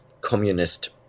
communist